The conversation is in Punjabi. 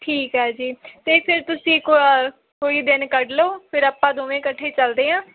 ਠੀਕ ਆ ਜੀ ਅਤੇ ਫਿਰ ਤੁਸੀਂ ਕ ਕੋਈ ਦਿਨ ਕੱਢ ਲਓ ਫਿਰ ਆਪਾਂ ਦੋਵੇਂ ਇਕੱਠੇ ਚੱਲਦੇ ਹਾਂ